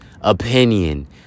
opinion